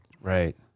Right